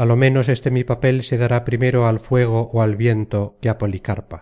á lo menos este mi papel se dará primero al fuego ó al viento que á policarpa